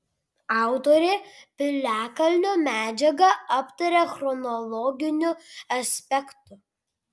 autorė piliakalnio medžiagą aptaria chronologiniu aspektu